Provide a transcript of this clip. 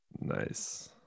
Nice